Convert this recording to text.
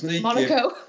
Monaco